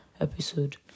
episode